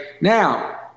now